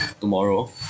tomorrow